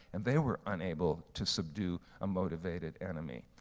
and they were unable to subdue a motivated enemy.